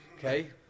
Okay